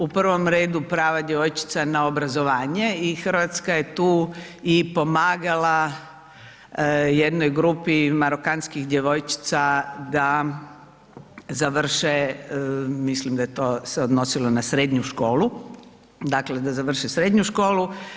U prvom redu prava djevojčica na obrazovanje i Hrvatska je tu i pomagala jednoj grupi marokanskih djevojčica da završe, mislim da je to se odnosilo na srednju školu, dakle, da završe srednju školu.